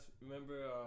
Remember